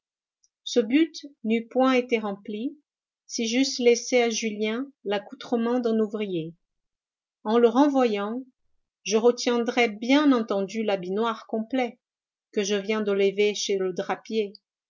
ce but n'eût point été rempli si j'eusse laissé à julien l'accoutrement d'un ouvrier en le renvoyant je retiendrai bien entendu l'habit noir complet que je viens de lever chez le drapier